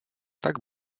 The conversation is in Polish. tak